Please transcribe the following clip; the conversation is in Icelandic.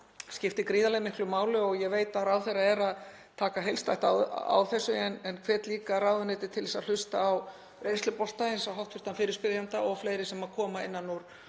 skiptir gríðarlega miklu máli. Ég veit að ráðherra er að taka heildstætt á þessu en hvet líka ráðuneytið til að hlusta á reynslubolta eins og hv. fyrirspyrjanda og fleiri sem koma innan úr